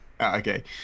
okay